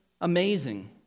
amazing